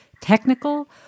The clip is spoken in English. technical